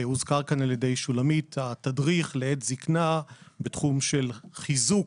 הוזכר כאן על ידי שלומית התדריך לעת זקנה בתחום של חיזוק